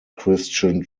christian